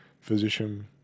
physician